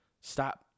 stop